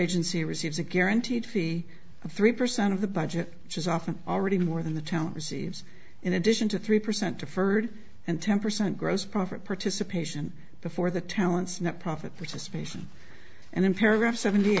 agency receives a guaranteed fee of three percent of the budget which is often already more than the town receives in addition to three percent to furred and ten percent gross profit participation before the talents net profit participation and in paragraph seventy